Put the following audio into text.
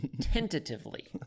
Tentatively